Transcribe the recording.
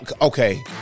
Okay